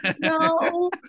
No